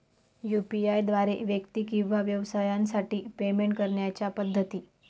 UPI द्वारे व्यक्ती किंवा व्यवसायांसाठी पेमेंट करण्याच्या पद्धती